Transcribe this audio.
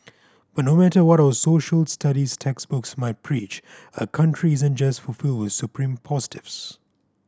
but no matter what our Social Studies textbooks might preach a country isn't just filled with supreme positives